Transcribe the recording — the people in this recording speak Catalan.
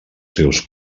seus